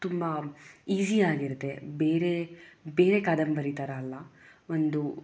ತುಂಬ ಈಸಿ ಆಗಿರುತ್ತೆ ಬೇರೆ ಬೇರೆ ಕಾದಂಬರಿ ಥರ ಅಲ್ಲ ಒಂದು